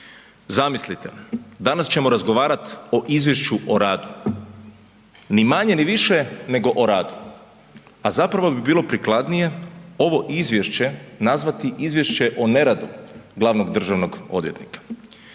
Zamislite, danas ćemo razgovarati o izvješću o radu, ni manje ni više nego o radu, a zapravo bi bilo prikladnije ovo izvješće nazvati izvješće o neradu glavnog državnog odvjetnika.